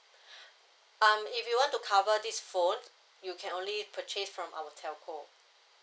um if you want to cover this phone you can only purchase from our telco